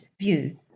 view